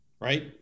right